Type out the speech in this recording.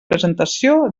presentació